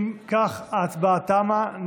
אם כך, ההצבעה תמה.